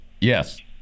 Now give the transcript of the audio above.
Yes